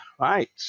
Right